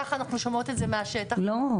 ככה אנחנו שומעות את זה מהשטח -- לא,